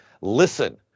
listen